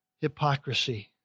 Hypocrisy